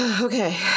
Okay